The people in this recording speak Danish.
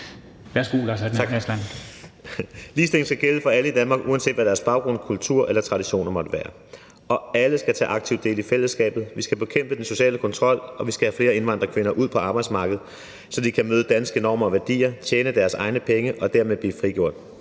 (S): Tak. Ligestillingen skal gælde for alle i Danmark, uanset hvad deres baggrund, kultur eller traditioner måtte være. Og alle skal tage aktivt del i fællesskabet. Vi skal bekæmpe den sociale kontrol, og vi skal have flere indvandrerkvinder ud på arbejdsmarkedet, så de kan møde danske normer og værdier, tjene deres egne penge og dermed blive frigjort.